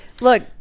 Look